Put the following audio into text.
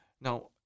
now